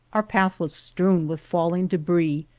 our path was strewn with falling debris,